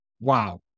wow